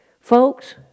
folks